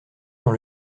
dans